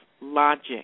logic